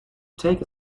take